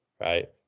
right